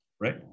right